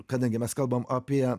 kadangi mes kalbam apie